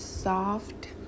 Soft